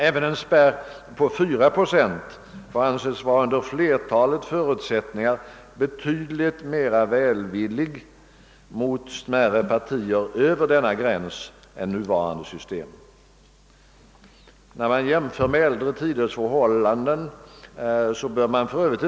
— Även en spärr på 4 procent får under flertalet förutsättningar anses vara betydligt mer välvillig mot smärre partier över denna gräns än nuvarande system. — När man jämför med äldre tiders förhållanden bör man f.ö.